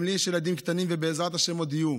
גם לי יש ילדים קטנים, ובעזרת השם עוד יהיו.